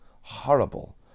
horrible